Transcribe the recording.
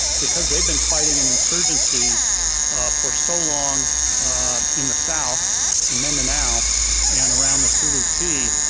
because they've been fighting and insurgency for so long in the south in mindanao and around the sulu sea,